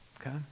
Okay